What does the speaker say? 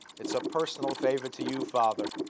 it's a personal favor to you, father.